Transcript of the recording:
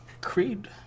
Creed